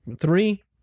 Three